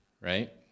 right